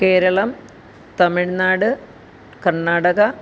Keralam Tamil Nadu Karnataka